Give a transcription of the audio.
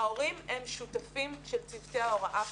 ההורים הם שותפים של צוותי ההוראה כאן.